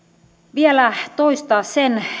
vielä toistaa sen